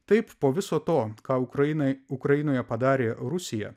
taip po viso to ką ukrainai ukrainoje padarė rusija